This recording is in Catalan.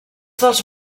dels